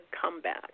comeback